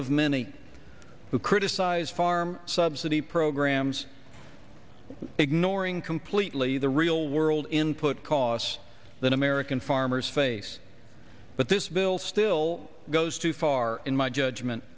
of many who criticize farm subsidy programs ignoring completely the real world input costs that american farmers face but this bill still goes too far in my judgment